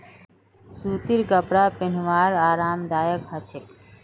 सूतीर कपरा पिहनवार आरामदायक ह छेक